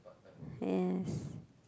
yes